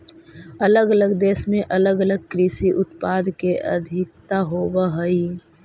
अलग अलग देश में अलग अलग कृषि उत्पाद के अधिकता होवऽ हई